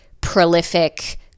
prolific